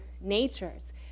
natures